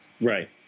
Right